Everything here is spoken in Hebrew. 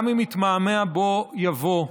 גם אם יתמהמה בוא יבוא.